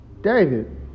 David